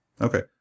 Okay